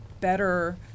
better